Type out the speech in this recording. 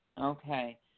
Okay